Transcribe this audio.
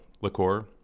liqueur